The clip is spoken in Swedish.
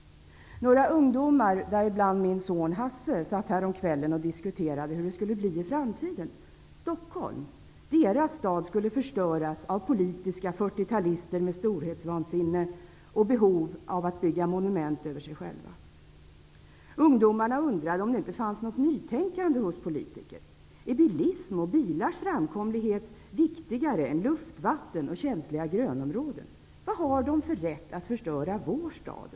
Några ungdomar -- bl.a. min son Hasse -- satt häromkvällen och diskuterade hur det skulle bli i framtiden. Stockholm, deras stad, skulle förstöras av politiska 40-talister med storhetsvansinne och behov av att bygga monument över sig själva. Ungdomarna undrade om det inte fanns något nytänkande hos politiker. Är bilismen och bilarnas framkomlighet viktigare än luft, vatten och känsliga grönområden? Vad har de för rätt att förstöra vår stad?